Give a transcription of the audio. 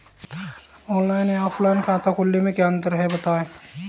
Online या offline खाता खोलने में क्या अंतर है बताएँ?